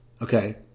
Okay